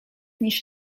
niż